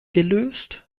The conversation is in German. gelöst